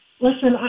Listen